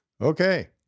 Okay